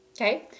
Okay